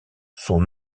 son